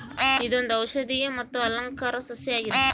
ಇದೊಂದು ಔಷದಿಯ ಮತ್ತು ಅಲಂಕಾರ ಸಸ್ಯ ಆಗಿದೆ